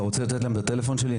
אתה רוצה לתת להן את הטלפון שלי?